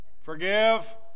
Forgive